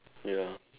ya